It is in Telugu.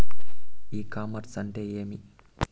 ఇ కామర్స్ అంటే ఏమి?